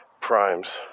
primes